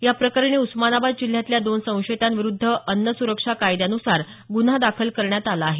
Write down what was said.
या प्रकरणी उस्मानाबाद जिल्ह्यातल्या दोन संशयितांविरुध्द अन्न सुरक्षा कायद्यानुसार गुन्हा दाखल करण्यात आला आहे